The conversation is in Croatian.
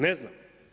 Ne znam.